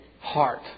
heart